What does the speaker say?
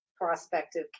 prospective